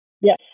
yes